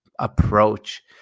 approach